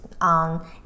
on